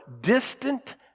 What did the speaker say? distant